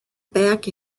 back